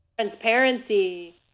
transparency